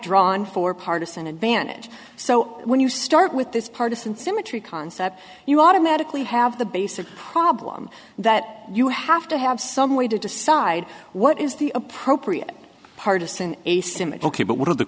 drawn for partisan advantage so when you start with this partisan symmetry concept you automatically have the basic problem that you have to have some way to decide what is the appropriate partisan a sim it's ok but one of the